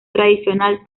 tradicional